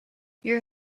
your